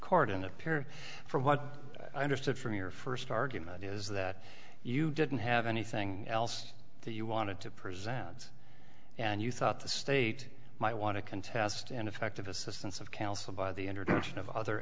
court and appear for what i understood from your first argument is that you didn't have anything else that you wanted to present and you thought the state might want to contest ineffective assistance of counsel by the introduction of other